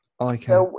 okay